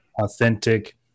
authentic